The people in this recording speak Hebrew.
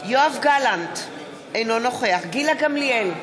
יואב גלנט, אינו נוכח גילה גמליאל,